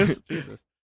Jesus